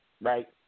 right